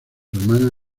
hermana